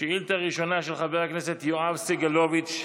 שאילתה ראשונה היא של חבר הכנסת יואב סגלוביץ'.